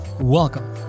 Welcome